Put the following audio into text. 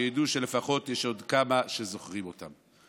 שידעו שלפחות יש עוד כמה שזוכרים אותם.